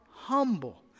humble